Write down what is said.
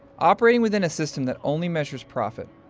operating within a system that only measures profit,